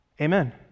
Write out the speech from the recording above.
Amen